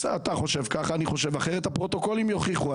אתה חושב כך, אני חושב אחרת, הפרוטוקולים יוכיחו.